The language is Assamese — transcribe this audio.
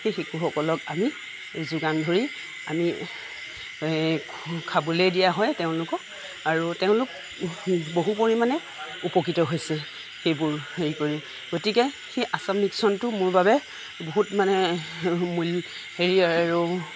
সেই শিশুসকলক আমি যোগান ধৰি আমি খাবলৈ দিয়া হয় তেওঁলোকক আৰু তেওঁলোক বহু পৰিমাণে উপকৃত হৈছে এইবোৰ হেৰি কৰি গতিকে সেই আসাম মিক্সনটো মোৰ বাবে বহুত মানে মূল্য হেৰি আৰু